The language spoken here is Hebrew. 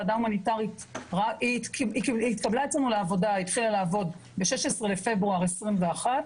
היא התקבלה אצלנו לעבודה והתחילה לעבוד ב-16 בפברואר 2021,